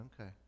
Okay